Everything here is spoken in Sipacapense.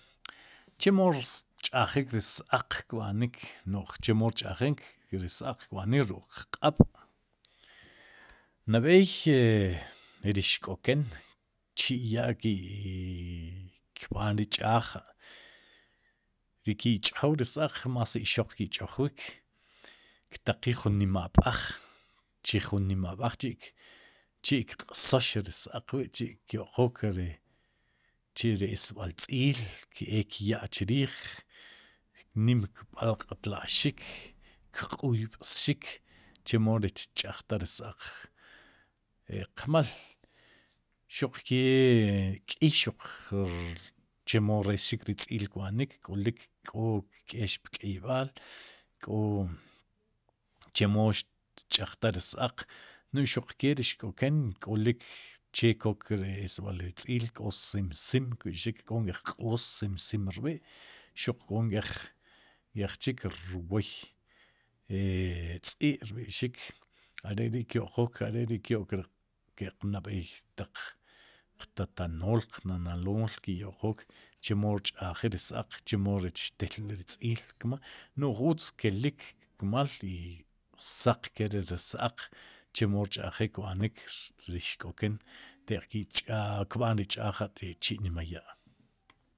Chemo rch'ajik ri s-aak kb'anik no'j chemo rch'ajik ri s-aak kb'anik ruk'qq'ab' nab'ey ri xk'oken chi'ya' kii kb'aan ri ch'aje ri ki'ch'jay ri s- aaq más ixoq ki'ch'ojwij ktaqiij jun nima ab'aj chij jun nima ab'aj chi'kq'sos ri s- aaq wi'chi'kyo'qook ri esb'al tz'iil keek ya'chriij, nim kb'aq'tláxik, kq'uy b'xik chemo ri tch'aj taj ri s. aaq, e qmal, xukee k'iy chemo ressik ri tz'iil kb'anik k'olik k'o kk'yex pk'eyb'al k'o chemo xtch'ajtaj ri s- aaq nu'j xuq kee ri xk'oken k ólik che kok ri esb'al ri tz'iil k'o simsin kb'ixik k'o nk'ej q'oos simsin rb'i'xuq k'o nk'ej chik rwoy e tz'i' rb'ixik are ri kyo'qook are ri kyo'k ri ke'q nab'ey qtatanool nananol ki'yo'qool chemo rch'ajik ri s-aaq, chemo rech telb'ik ri tz'iil kmal no'j utz kelik kmal i saq kere ri s-aaq chemo rch'jik kb'anik ri xk'oken te'k ki'cha' kb'aan ri ch'ajechi'nima ya'.